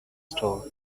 store